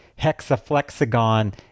hexaflexagon